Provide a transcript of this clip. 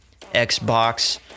Xbox